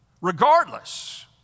regardless